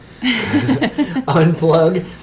unplug